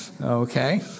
okay